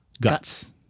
guts